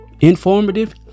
informative